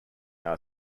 are